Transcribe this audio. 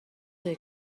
توئه